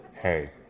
Hey